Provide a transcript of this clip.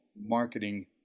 marketing